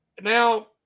Now